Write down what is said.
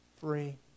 free